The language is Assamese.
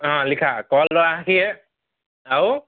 লিখা কল দহ আষিয়ে আৰু